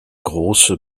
große